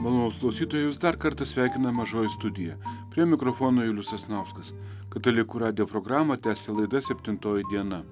malonus klausytojus dar kartą sveikina mažoji studija prie mikrofono julius sasnauskas katalikų radijo programą tęsia laida septintoji diena